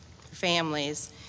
families